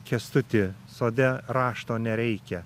kęstuti sode rašto nereikia